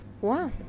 Wow